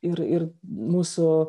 ir ir mūsų